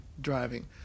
Driving